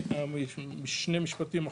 הדבר השני,